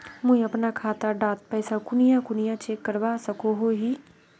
मुई अपना खाता डात पैसा कुनियाँ कुनियाँ चेक करवा सकोहो ही?